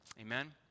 Amen